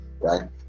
right